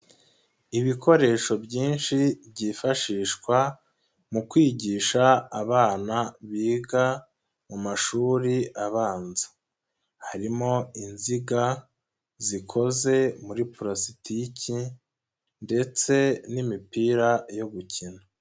Ibikoresho byinshi byifashishwa mu kwigisha abana biga mu mashuri abanza, harimo inziga zikoze muri pulasitike ndetse n'imipira yo gukina.